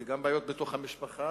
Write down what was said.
זה גם בעיות בתוך המשפחה,